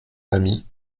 ami